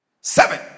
Seven